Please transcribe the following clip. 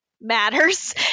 Matters